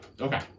Okay